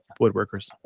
woodworkers